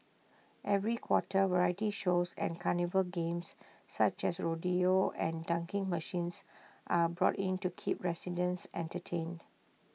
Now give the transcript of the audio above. every quarter variety shows and carnival games such as rodeo and dunking machines are brought in to keep residents entertained